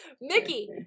Mickey